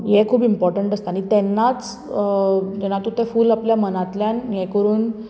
हें खूब इम्पोर्टंट आसता आनी तेन्नाच जेन्ना तूं ते मनांतल्यान हें करून